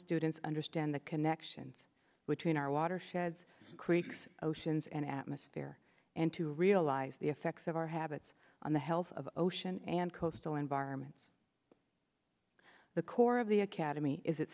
students understand the connection between our watersheds creeks oceans and atmosphere and to realize the effects of our habits on the health of ocean and coastal environments the core of the academy is